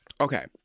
Okay